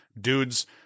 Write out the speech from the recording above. dudes